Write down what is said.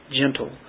gentle